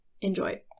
Enjoy